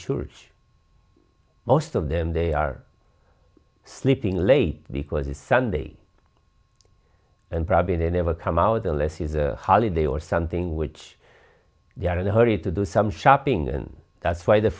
church most of them they are sleeping late because it's sunday and probably they never come out unless he's a holiday or something which they are in a hurry to do some shopping and that's why the